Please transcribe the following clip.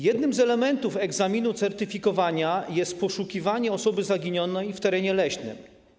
Jednym z elementów egzaminu certyfikowania jest poszukiwanie osoby zaginionej w terenie leśnym.